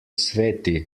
sveti